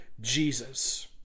Jesus